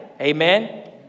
Amen